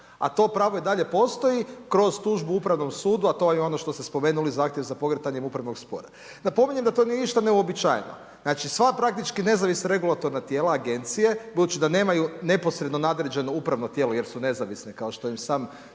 A to pravo i dalje postoji kroz tužbu Upravnom sudu, a to je ono što ste spomenuli zahtjev za pokretanjem upravnog spora. Napominjem da to nije ništa neuobičajeno, znači sva praktički nezavisna regulatorna tijela, agencije, budući da nemaju neposredno nadređeno upravo tijelo jer su nezavisni kao što im sam naziv